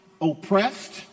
oppressed